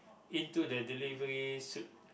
into the delivery suite